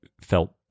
felt